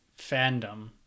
fandom